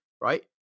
right